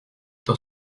dans